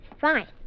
Fine